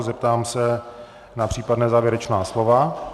Zeptám se na případná závěrečná slova.